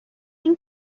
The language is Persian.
این